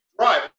right